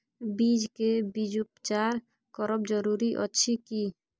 बीज के बीजोपचार करब जरूरी अछि की?